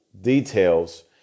details